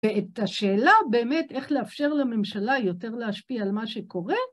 ואת השאלה באמת, איך לאפשר לממשלה יותר להשפיע על מה שקורה...